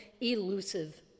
elusive